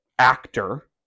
Actor